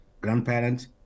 Grandparents